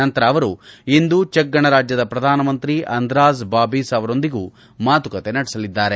ನಂತರ ಅವರು ಇಂದು ಚೆಕ್ ಗಣರಾಜ್ಯದ ಪ್ರಧಾನಮಂತ್ರಿ ಅಂದ್ರಾಜ್ ಬಾಬಿಸ್ ಅವರೊಂದಿಗೂ ಮಾತುಕತೆ ನಡೆಸಲಿದ್ದಾರೆ